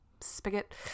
spigot